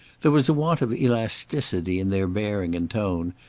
there was a want of elasticity in their bearing and tone,